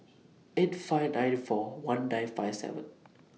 eight five ninety four one nine five seven